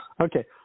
Okay